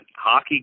hockey